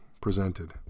presented